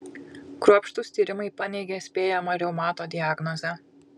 kruopštūs tyrimai paneigė spėjamą reumato diagnozę